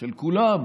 של כולם,